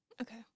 Okay